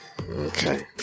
Okay